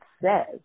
says